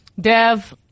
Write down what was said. Dev